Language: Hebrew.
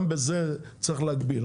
גם בזה צריך להגביל.